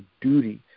duty